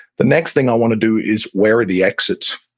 the next thing i want to do is, where are the exits?